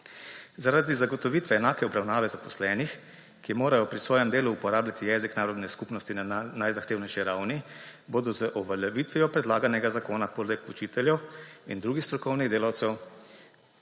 Zaradi zagotovitve enake obravnave zaposlenih, ki morajo pri svojem delu uporabljati jezik narodne skupnosti na najzahtevnejši ravni, bodo z uveljavitvijo predlaganega zakona poleg učiteljev in drugih strokovnih delavcev